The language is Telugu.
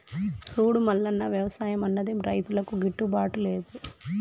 సూడు మల్లన్న, వ్యవసాయం అన్నది రైతులకు గిట్టుబాటు లేదు